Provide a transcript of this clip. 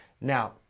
Now